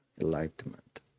enlightenment